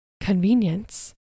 convenience